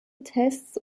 tests